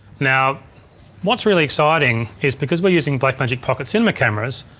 now what's really exciting is because we're using blackmagic pockets cinema cameras.